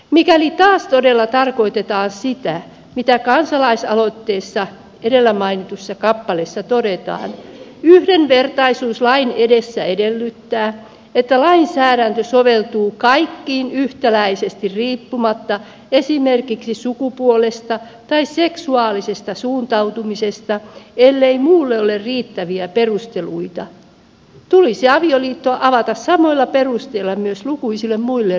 mikäli taas todella tarkoitetaan sitä mitä kansalaisaloitteessa edellä mainitussa kappaleessa todetaan yhdenvertaisuus lain edessä edellyttää että lainsäädäntö soveltuu kaikkiin yhtäläisesti riippumatta esimerkiksi sukupuolesta tai seksuaalisesta suuntautumisesta ellei muulle ole riittäviä perusteluita tulisi avioliitto avata samoilla perusteilla myös lukuisille muille ryhmille